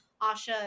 asha